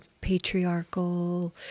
patriarchal